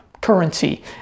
currency